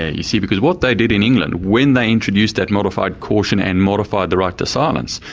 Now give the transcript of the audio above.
ah you see because what they did in england when they introduced that modified caution and modified the right to silence,